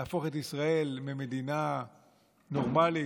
להפוך את ישראל ממדינה נורמלית,